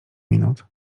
minut